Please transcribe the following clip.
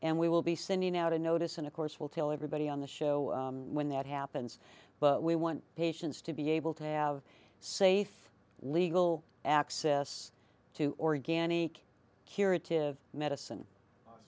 and we will be sending out a notice and of course we'll tell everybody on the show when that happens but we want patients to be able to have safe legal access to organic curative medicine